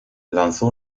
lanzó